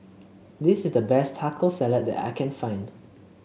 this is the best Taco Salad that I can find